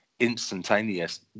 instantaneous